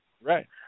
Right